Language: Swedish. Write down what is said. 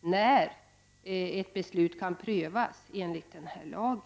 när ett beslut kan prövas enligt denna lag.